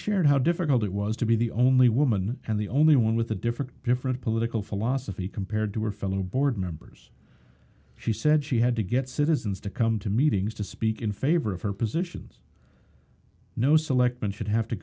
shared how difficult it was to be the only woman and the only one with a different different political philosophy compared to her fellow board members she said she had to get citizens to come to meetings to speak in favor of her positions no selectman should have to